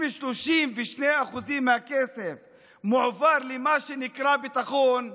אם 32% מהכסף מועברים למה שנקרא ביטחון,